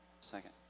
Second